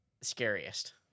scariest